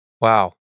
Wow